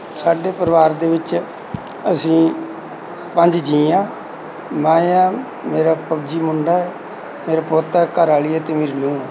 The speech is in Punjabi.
ਸਾਡੇ ਪਰਿਵਾਰ ਦੇ ਵਿੱਚ ਅਸੀਂ ਪੰਜ ਜੀਅ ਹਾਂ ਮੈਂ ਹਾਂ ਮੇਰਾ ਫੌਜੀ ਮੁੰਡਾ ਮੇਰਾ ਪੋਤਾ ਘਰਵਾਲੀ ਹੈ ਅਤੇ ਮੇਰੀ ਨੂੰਹ ਹੈ